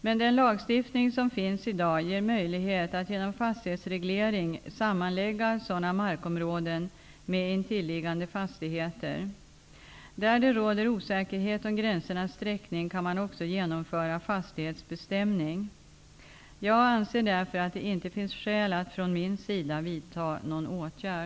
Men den lagstiftning som finns i dag ger möjlighet att genom fastighetsreglering sammanlägga sådana markområden med intilliggande fastigheter. Där det råder osäkerhet om gränsernas sträckning kan man också genomföra fastighetsbestämning. Jag anser därför att det inte finns skäl att från min sida vidta någon åtgärd.